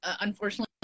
unfortunately